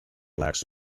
lack